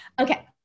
Okay